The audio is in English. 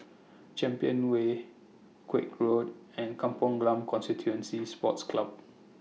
Champion Way Koek Road and Kampong Glam Constituency Sports Club